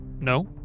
no